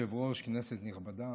כבוד היושב-ראש, כנסת נכבדה,